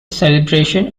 celebration